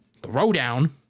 throwdown